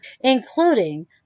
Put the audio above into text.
including